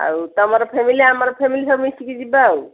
ଆଉ ତୁମର ଫ୍ୟାମିଲି ଆମର ଫ୍ୟାମିଲି ସବୁ ମିଶିକି ଯିବା ଆଉ